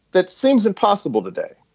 that seems impossible today.